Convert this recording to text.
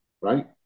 right